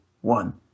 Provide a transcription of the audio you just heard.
one